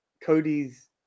Cody's